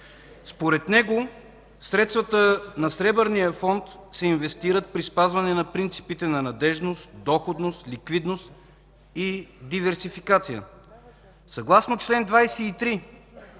Според него средствата на Сребърния фонд се инвестират при спазване на принципите на надеждност, доходност, ликвидност и диверсификация. Съгласно чл. 23